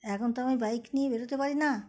এখন তো আমি বাইক নিয়ে বেরোতে পারি না